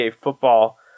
football